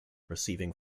receiving